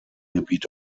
gebiet